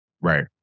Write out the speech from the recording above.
Right